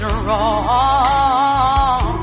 wrong